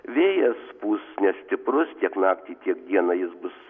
vėjas pūs nestiprus tiek naktį tiek dieną jis bus